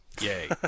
Yay